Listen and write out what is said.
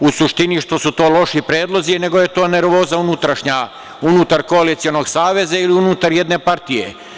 u suštini što su to loši predlozi, nego je to nervoza unutrašnja, unutar koalicionog saveza ili unutar jedne partije.